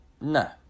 No